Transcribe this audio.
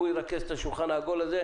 הוא ירכז את השולחן העגול הזה,